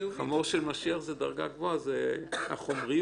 חמור של משיח זו דרגה גבוהה, זו החומריות.